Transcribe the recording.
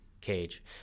cage